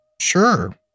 sure